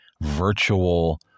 virtual